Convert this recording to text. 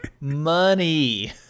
money